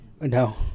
No